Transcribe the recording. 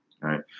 right